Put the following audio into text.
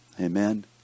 Amen